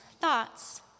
thoughts